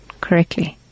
correctly